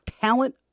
talent